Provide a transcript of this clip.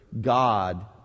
God